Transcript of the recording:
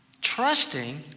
trusting